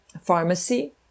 pharmacy